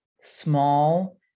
small